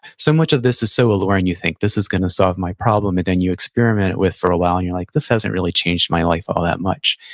so much of this is so alluring, you think, this is going to solve my problem, and then you experiment with for a while and you're like, this hasn't really changed my life all that much.